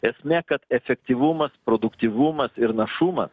esmė kad efektyvumas produktyvumas ir našumas